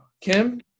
Kim